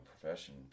profession